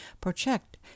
protect